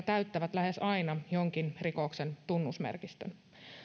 täyttävät lähes aina jonkin rikoksen tunnusmerkistön